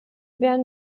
wären